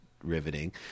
riveting